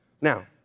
Now